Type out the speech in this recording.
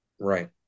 Right